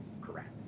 correct